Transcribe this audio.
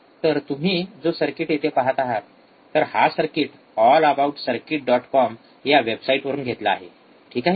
तर तुम्ही जो सर्किट येथे पाहत आहात तर हा circuit all about circuit dot com या वेबसाईटवरुन घेतला आहे ठीक आहे